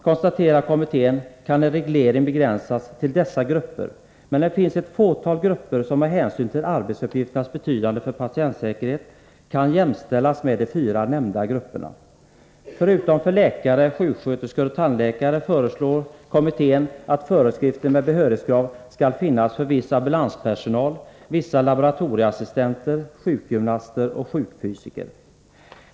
Kommittén konstaterar att en reglering kan begränsas till dessa grupper, men det finns ett fåtal grupper som med hänsyn till arbetsuppgifternas betydelse för patientsäkerheten kan jämställas med de fyra nämnda grupperna. Kommittén föreslår att föreskrifter med behörighetskrav skall finnas även för viss ambulanspersonal, vissa laboratorieassistenter, sjukgymnaster och sjukhusfysiker.